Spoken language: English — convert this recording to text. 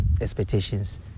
expectations